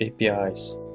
APIs